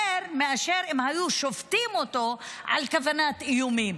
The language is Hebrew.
מאשר אם היו שופטים אותו על כוונת איומים.